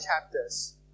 chapters